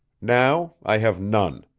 now i have none.